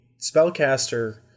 spellcaster